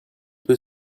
peu